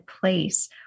place